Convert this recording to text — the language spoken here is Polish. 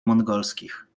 mongolskich